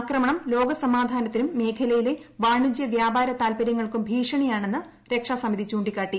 ആക്രമണം ലോക സമാധാനത്തിനും മേഖലയിലെ വാണിജ്യ വ്യാപാര താൽപര്യങ്ങൾക്കും ഭീഷണിയാണെന്ന് രക്ഷാസമിതി ചൂണ്ടിക്കാട്ടി